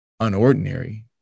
unordinary